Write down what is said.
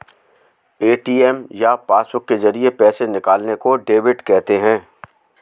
ATM या passbook के जरिये पैसे निकालने को डेबिट कहते हैं